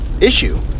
issue